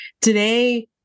today